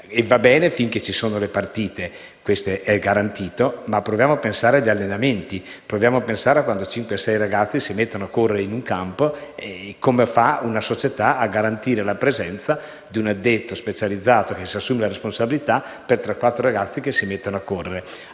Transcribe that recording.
Va bene finché ci sono le partite, questo è garantito; ma proviamo a pensare agli allenamenti, proviamo a pensare a quando cinque o sei ragazzi si mettono a correre in un campo. Come fa una società a garantire la presenza di un addetto specializzato che si assuma la responsabilità, per tre o quattro ragazzi che si mettono a correre?